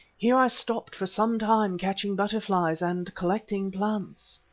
here i stopped for some time catching butterflies and collecting plants.